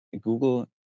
Google